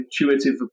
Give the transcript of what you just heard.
intuitive